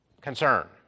concern